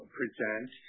present